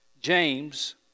James